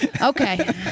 okay